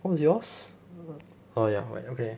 what was yours err ya right okay